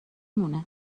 مونه